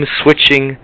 switching